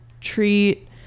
Treat